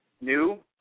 new